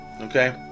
okay